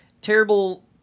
Terrible